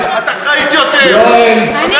הוא חבר כנסת מהמפלגה שלך.